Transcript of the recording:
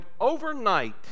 overnight